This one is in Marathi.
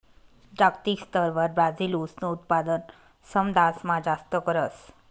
जागतिक स्तरवर ब्राजील ऊसनं उत्पादन समदासमा जास्त करस